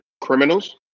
criminals